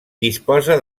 disposa